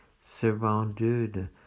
surrounded